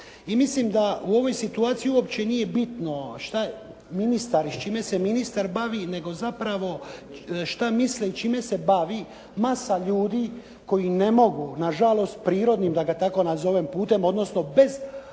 mislim da u ovoj situaciji uopće nije bitno šta ministar i s čime se ministar bavi nego zapravo šta misle čime se bavi masa ljudi koji ne mogu nažalost prirodnim da ga tako nazovem putem odnosno bez